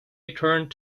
returned